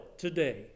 Today